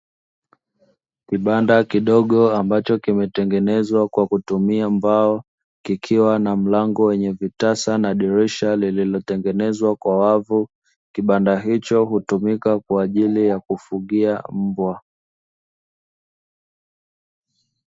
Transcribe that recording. Kibanda kidogo ambacho kimetengenezwa kwa kutumia mbao, kikiwa na mlango wenye vitasa na dirisha lililotengenezwa kwa wavu. Kibanda hicho hutumika kwa ajili ya kufugia mbwa.